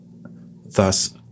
thus